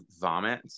vomit